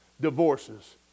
divorces